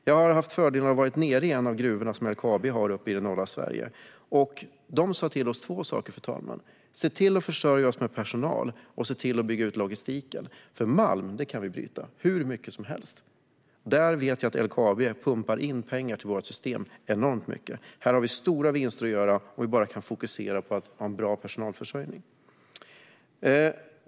Jag har haft förmånen att vara nere i en av gruvorna som LKAB har i norra Sverige. Man sa två saker till oss: Se till att försörja oss med personal, och se till att bygga ut logistiken. Malm kan vi nämligen bryta - hur mycket som helst. Jag vet att LKAB pumpar in enormt mycket pengar i vårt system. Här har vi stora vinster att göra om vi bara kan fokusera på att ha en bra personalförsörjning.